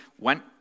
went